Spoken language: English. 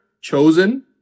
chosen